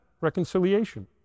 reconciliation